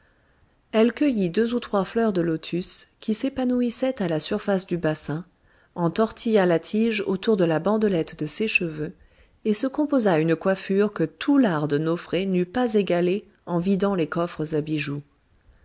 elle cueillit deux ou trois fleurs de lotus qui s'épanouissaient à la surface du bassin en tortilla la tige autour de la bandelette de ses cheveux et se composa une coiffure que tout l'art de nofré n'eût pas égalée en vidant les coffres à bijoux